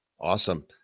awesome